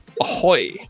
Ahoy